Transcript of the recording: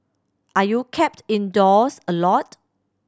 are you kept indoors a lot